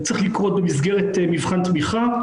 זה צריך לקרות במסגרת מבחן תמיכה,